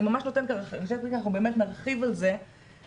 אני ממש נותנת --- אנחנו באמת נרחיב על זה בהמשך.